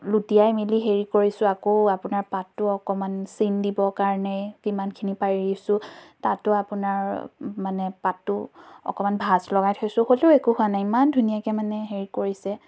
লুটিয়াই মেলি হেৰি কৰিছোঁ আকৌ আপোনাৰ পাতো অকণমান চিন দিব কাৰণে কিমানখিনি পাৰিছো তাতো আপোনাৰ মানে পাতো অকণমান ভাঁজ লগাই থৈছোঁ হ'লেও একো হোৱা নাই ইমান ধুনীয়াকৈ মানে হেৰি কৰিছে